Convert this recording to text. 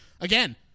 again